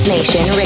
Nation